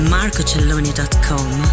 MarcoCelloni.com